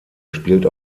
spielt